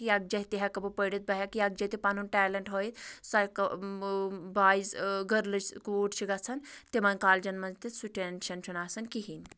یَکجاہ تہِ ہٮ۪کہٕ بہٕ پٔرتھ بہٕ ہٮ۪کہٕ یَکجاہ تہِ پَنُن ٹیلینٛٹ ہٲوِتھ سُہ ہٮ۪کہٕ بہٕ بایِز گٔرلٔز کوٗر چھِ گژھان تِمَن کالجَن منٛز تہِ سُہ ٹٮ۪نشَن چھُنہٕ آسان کِہیٖنٛۍ